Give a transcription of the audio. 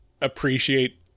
appreciate